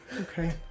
Okay